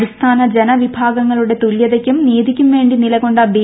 അടിസ്ഥാന ജന വിഭാഗങ്ങളുടെ തുല്യതയ്ക്കും നീതിയ്ക്കും വേണ്ടി നിലകൊണ്ട ബി